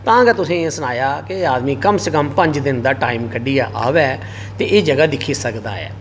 तां गै तुसें गी एह् सनाया हा कि आदमी कम से कम पंज दिन दा टाइम कड्ढियै आवै ते एह् जगह दिक्खी सकदा ऐ